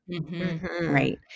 right